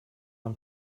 and